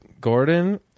gordon